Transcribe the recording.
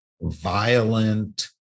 violent